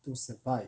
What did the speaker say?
to survive